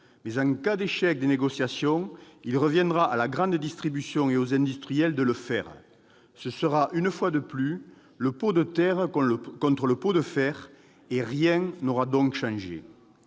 mais, en cas d'échec des négociations, il reviendra à la grande distribution et aux industriels d'en établir. Une fois de plus, ce sera le pot de terre contre le pot de fer, et rien n'aura donc changé